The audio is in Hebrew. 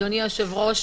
אדוני היושב-ראש,